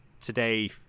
today